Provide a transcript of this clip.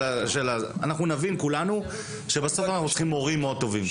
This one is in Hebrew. אנחנו נבין כולנו שאנחנו צריכים מורים מאוד טובים,